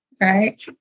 right